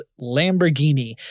Lamborghini